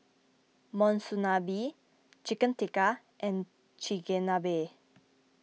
Monsunabe Chicken Tikka and Chigenabe